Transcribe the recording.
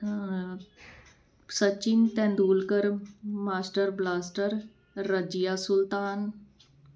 ਹਾਂ Sachin Tendulkar master blaster Razia ਸੁਲਤਾਨ